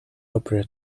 opera